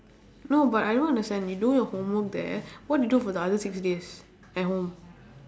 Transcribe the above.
no but I don't understand you do your homework there what you do for the other six days at home